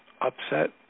upset